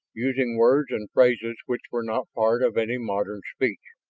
using words and phrases which were not part of any modern speech?